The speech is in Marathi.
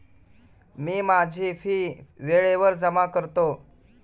मी माझी फी वेळेवर जमा करतो